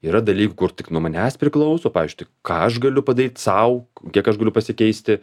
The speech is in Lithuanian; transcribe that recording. yra dalykų kur tik nuo manęs priklauso pavyzdžiui tik ką aš galiu padaryt sau kiek aš galiu pasikeisti